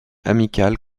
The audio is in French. amical